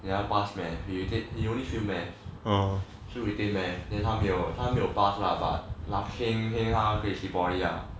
never pass math he retake only fail math so he take math then 他没有他没有 pass lah but lucky 他 heng heng 他可以去 poly